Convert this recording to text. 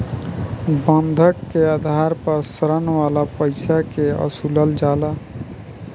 बंधक के आधार पर ऋण वाला पईसा के वसूलल जाला